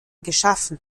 geschaffen